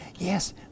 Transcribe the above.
Yes